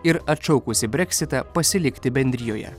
ir atšaukusi breksitą pasilikti bendrijoje